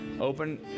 Open